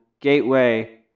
gateway